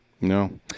no